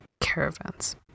caravans